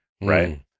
right